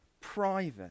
private